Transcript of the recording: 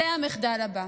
זה המחדל הבא.